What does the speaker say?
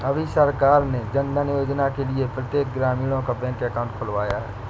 अभी सरकार ने जनधन योजना के लिए प्रत्येक ग्रामीणों का बैंक अकाउंट खुलवाया है